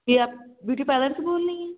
جی آپ beauty parlour سے بول رہی ہیں